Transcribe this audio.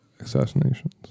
Assassinations